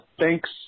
Thanks